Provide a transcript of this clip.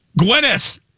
Gwyneth